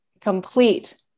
complete